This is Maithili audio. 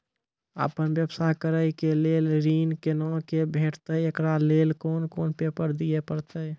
आपन व्यवसाय करै के लेल ऋण कुना के भेंटते एकरा लेल कौन कौन पेपर दिए परतै?